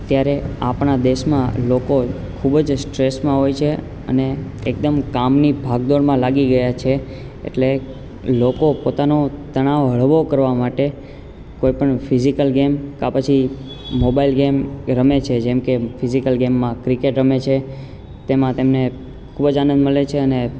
અત્યારે આપણા દેશમાં લોકો ખૂબ જ સ્ટ્રેસમાં હોય છે અને એકદમ કામની ભાગ દોડમાં લાગી ગયા છે એટલે લોકો પોતાનો તણાવ હળવો કરવા માટે કોઈપણ ફિજિકલ ગેમ કાં પછી મોબાઈલ ગેમ રમે છે જેમકે ફિજિકલ ગેમમાં ક્રિકેટ રમે છે તેમાં તેમને ખૂબ જ આનંદ મળે છે અને